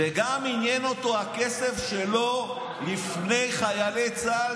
וגם עניין אותו הכסף שלו לפני חיילי צה"ל,